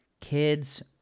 kids